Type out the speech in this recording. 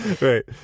right